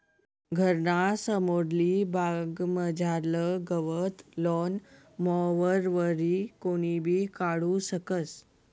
घरना समोरली बागमझारलं गवत लॉन मॉवरवरी कोणीबी काढू शकस